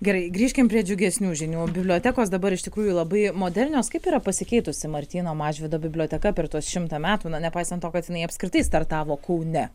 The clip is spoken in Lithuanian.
gerai grįžkim prie džiugesnių žinių bibliotekos dabar iš tikrųjų labai modernios kaip yra pasikeitusi martyno mažvydo biblioteka per tuos šimtą metų na nepaisant to kad jinai apskritai startavo kaune